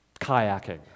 kayaking